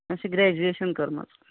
مےٚ چھِ گرٛیجویشَن کٔرمٕژ